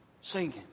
Singing